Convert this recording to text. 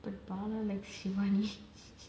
but bala likes shivani